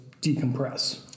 decompress